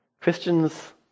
Christians